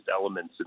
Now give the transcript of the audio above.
elements